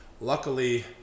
Luckily